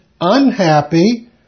unhappy